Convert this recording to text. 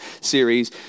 series